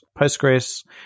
Postgres